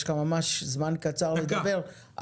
יש לך ממש זמן קצר לדבר,